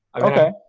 Okay